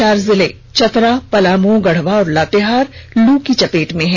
चार जिले चतरा पलाम गढ़वा और लातेहार लू की चपेट में है